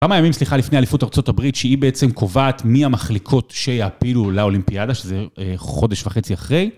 כמה ימים, סליחה, לפני אליפות ארה״ב שהיא בעצם קובעת מי המחליקות שיעפילו לאולימפיאדה, שזה חודש וחצי אחרי,